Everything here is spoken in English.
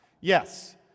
Yes